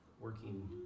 working